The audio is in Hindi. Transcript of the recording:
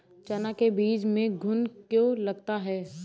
चना के बीज में घुन क्यो लगता है?